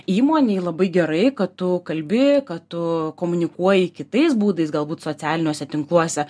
įmonei labai gerai kad tu kalbi kad tu komunikuoji kitais būdais galbūt socialiniuose tinkluose